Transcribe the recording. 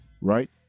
right